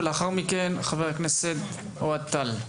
ולאחר מכן חבר הכנסת אוהד טל.